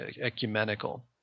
Ecumenical